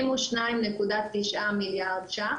72.9 מיליארד ₪.